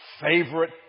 favorite